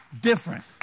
Different